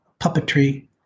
puppetry